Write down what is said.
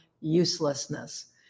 uselessness